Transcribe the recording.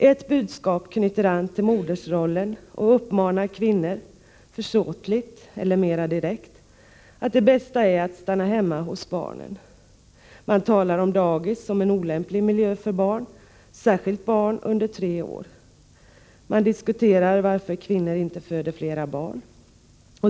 Ett budskap knyter an till modersrollen och uppmanar kvinnor — försåtligt eller mera direkt — att stanna hemma hos barnen; det är det bästa. Man talar om dagis som en olämplig miljö för barn, särskilt barn under tre år. Man diskuterar varför kvinnor inte föder flera barn.